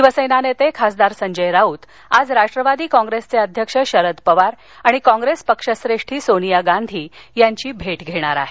शिवसेना नेते खासदार संजय राऊत आज राष्ट्रवादी कॉप्रेसचे अध्यक्ष शरद पवार आणि कॉप्रेस पक्षश्रेष्ठी सोनिया गांधी यांची भेट घेणार आहेत